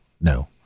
no